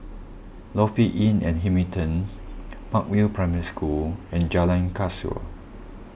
Lofi Inn at Hamilton Park View Primary School and Jalan Kasau